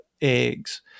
eggs